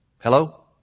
Hello